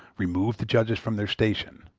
remove the judges from their station.